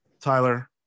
Tyler